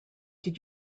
did